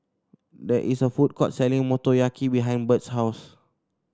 there is a food court selling Motoyaki behind Bert's house